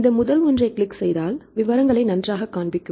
இந்த முதல் ஒன்றைக் கிளிக் செய்தால் விவரங்களை நன்றாகக் காண்பிக்கும்